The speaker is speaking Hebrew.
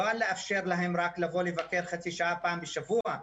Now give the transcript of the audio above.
לא לאפשר להן רק לבוא לבקר חצי שעה פעם בשבוע.